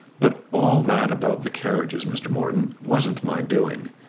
but all that about the carriages, mr. morton, wasn't my doing.